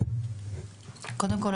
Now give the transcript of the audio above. קודם כל,